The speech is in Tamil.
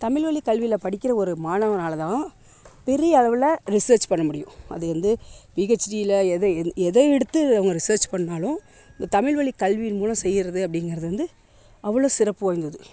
தமிழ் வழிக் கல்வியில் படிக்கிற ஒரு மாணவனால் தான் பெரிய அளவில் ரிசர்ச் பண்ண முடியும் அது வந்து பிஹெச்டியில் எதை எதை எடுத்து அவங்க ரிசர்ச் பண்ணிணாலும் இந்த தமிழ் வழிக் கல்வியின் மூலம் செய்யுறது அப்படிங்கிறது வந்து அவ்வளோ சிறப்பு வாய்ந்தது